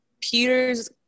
Peter's